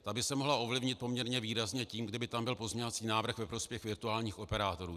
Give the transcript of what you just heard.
Ta by se mohla ovlivnit poměrně výrazně tím, kdyby tam byl pozměňovací návrh ve prospěch virtuálních operátorů.